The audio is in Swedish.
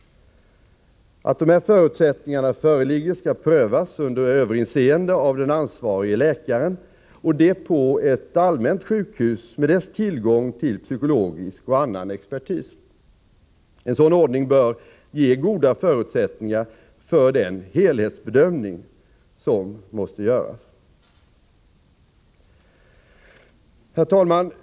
Att dessa förutsättningar föreligger skall prövas under överinseende av den ansvarige läkaren, och det på ett allmänt sjukhus med dess tillgång till psykologisk och annan expertis. En sådan ordning bör ge goda förutsättningar för den helhetsbedömning som måste göras. Herr talman!